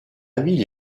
ville